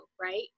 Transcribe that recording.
right